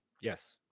Yes